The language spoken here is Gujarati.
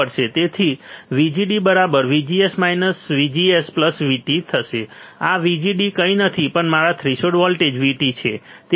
તેથી VGD VGS VGS VT આ VGD કંઈ નથી પણ મારા થ્રેશોલ્ડ વોલ્ટેજ VT છે